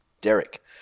Derek